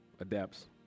adapts